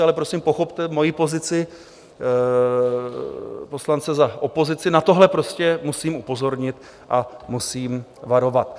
Ale prosím, pochopte mojí pozici poslance za opozici, na tohle prostě musím upozornit a musím varovat.